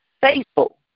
faithful